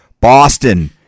Boston